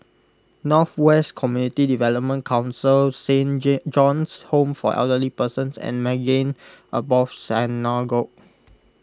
North West Community Development Council Saint John's Home for Elderly Persons and Maghain Aboth Synagogue